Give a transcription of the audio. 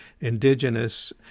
indigenous